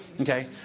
Okay